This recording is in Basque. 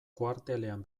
kuartelean